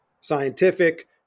scientific